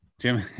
Jim